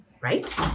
right